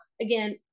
again